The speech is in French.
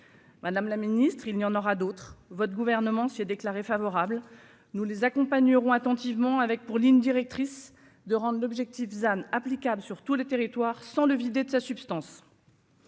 Madame la ministre, il n'y en aura d'autres, votre gouvernement s'est déclaré favorable, nous les accompagnerons attentivement avec pour ligne directrice de rendre l'objectif than applicable sur tout le territoire sans le vider de sa substance.